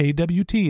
AWT